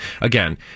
again